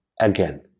again